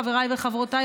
חבריי וחברותיי,